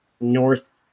North